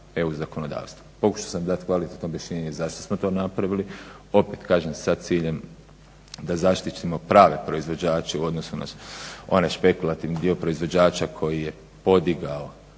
sa EU zakonodavstvom. Pokušao sam dat kvalitetno objašnjenje zašto smo to napravili, opet kažem sa ciljem da zaštitimo prave proizvođače u odnosu na onaj špekulativni dio proizvođača koji je podigao